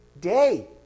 day